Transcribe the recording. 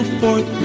forth